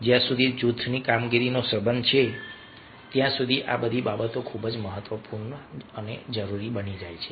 જ્યાં સુધી જૂથની કામગીરીનો સંબંધ છે ત્યાં સુધી આ બધી બાબતો ખૂબ ખૂબ જ જરૂરી અને મહત્વપૂર્ણ છે